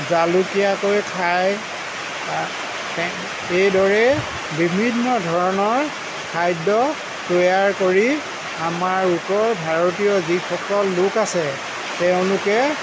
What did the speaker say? জালুকীয়াকৈ খায় টে এই দৰেই বিভিন্ন ধৰণৰ খাদ্য তৈয়াৰ কৰি আমাৰ উত্তৰ ভাৰতীয় যিসকল লোক আছে তেওঁলোকে